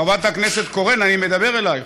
חברת הכנסת קורן, אני מדבר אלייך.